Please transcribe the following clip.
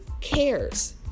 cares